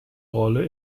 rolle